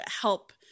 help